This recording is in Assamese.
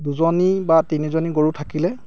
দুজনী বা তিনিজনী গৰু থাকিলে